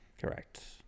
Correct